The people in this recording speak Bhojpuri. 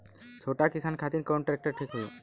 छोट किसान खातिर कवन ट्रेक्टर ठीक होई?